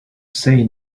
say